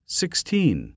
sixteen